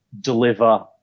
deliver